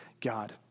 God